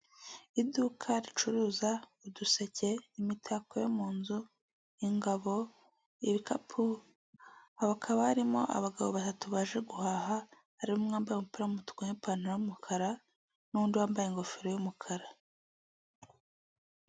Iduka ricuruza uduseke, imitako yo mu nzu, ingabo, ibikapu; hakaba harimo abagabo batatu baje guhaha. Harimo umwe wambaye umupira w'umutuku n'ipantaro y'umukara n'undi wambaye ingofero y'umukara.